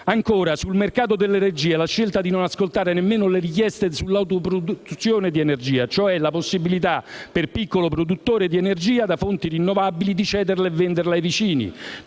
Ancora, sul mercato dell'energia, la scelta di non ascoltare nemmeno le richieste sull'autoproduzione di energia, cioè la possibilità per un piccolo produttore di energia da fonti rinnovabili di cederla e venderla ai vicini,